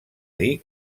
dir